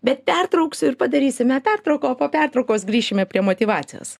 bet pertrauksiu ir padarysime pertrauką o po pertraukos grįšime prie motyvacijos